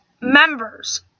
members